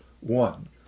One